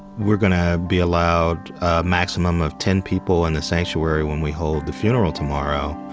we're gotta be allowed a maximum of ten people in the sanctuary when we hold the funeral tomorrow.